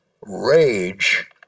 rage